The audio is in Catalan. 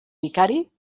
vicari